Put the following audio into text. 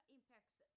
Impacts